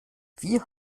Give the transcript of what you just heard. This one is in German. wie